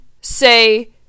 say